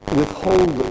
withhold